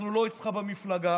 אנחנו לא אצלך במפלגה,